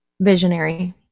visionary